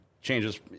changes